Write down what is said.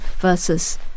versus